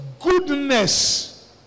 goodness